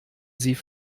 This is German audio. sie